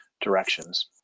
directions